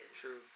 True